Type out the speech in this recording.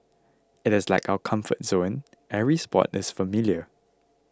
it is like our comfort zone every spot is familiar